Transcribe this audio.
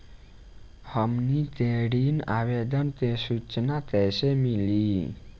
हमनी के ऋण आवेदन के सूचना कैसे मिली?